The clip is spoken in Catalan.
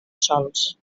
sols